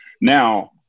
Now